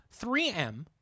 3M